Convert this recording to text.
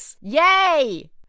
yay